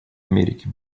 америки